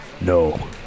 No